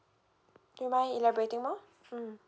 you mind elaborating more mm